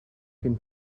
can